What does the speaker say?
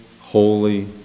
holy